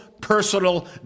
personal